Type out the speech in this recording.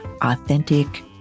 authentic